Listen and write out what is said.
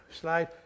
slide